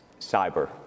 cyber